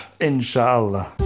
Inshallah